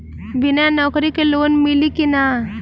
बिना नौकरी के लोन मिली कि ना?